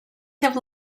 have